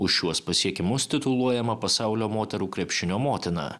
už šiuos pasiekimus tituluojama pasaulio moterų krepšinio motina